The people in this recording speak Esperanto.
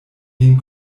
min